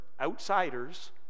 outsiders